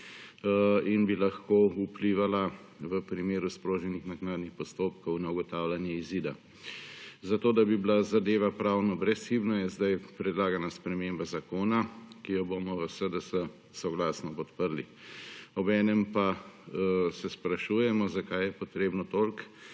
in bi lahko vplivala v primeru sproženih naknadnih postopkov na ugotavljanje izida. Zato da bi bila zadeva pravno brezhibna je sedaj predlagana sprememba zakona, ki jo bomo v SDS soglasno podprli. Obenem pa se sprašujemo, zakaj je potrebno toliko